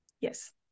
yes